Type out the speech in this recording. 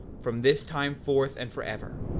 from this time forth and forever.